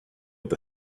with